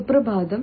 സുപ്രഭാതം